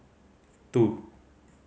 two